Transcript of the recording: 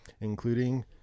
including